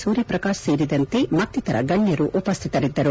ಸೂರ್ಯ ಪ್ರಕಾಶ್ ಸೇರಿದಂತೆ ಮತ್ತಿತರ ಗಣ್ಯರು ಉಪಸ್ಥಿತರಿದ್ದರು